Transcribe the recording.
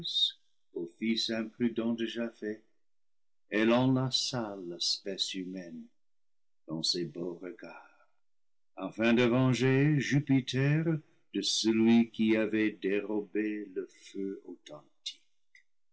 imprudent de japhet elle enlaça l'espèce humaine dans ses beaux regards afin de venger jupiter de celui qui avait dérobé le feu authentique